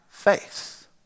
Faith